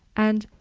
and,